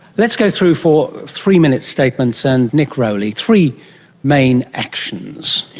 let's go through for three-minute statements. and nick rowley, three main actions,